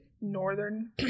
northern